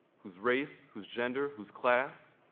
whose race, whose gender, whose class,